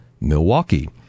Milwaukee